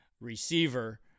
receiver